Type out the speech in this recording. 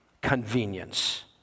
convenience